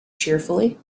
cheerfully